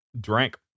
drank